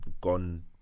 gone